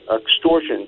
extortion